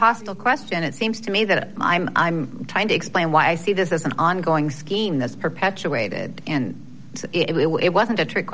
hostile question it seems to me that i'm trying to explain why i see this as an ongoing scheme that's perpetuated and it wasn't a trick